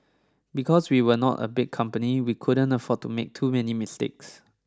because we were not a big company we couldn't afford to make too many mistakes